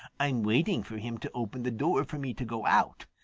i'm waiting for him to open the door for me to go out.